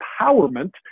empowerment